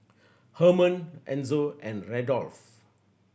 Herman Enzo and Randolph